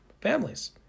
families